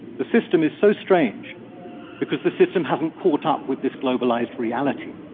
the system is so strange because the system hasn't caught up with this globalized reality.